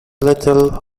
little